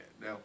Now